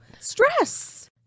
Stress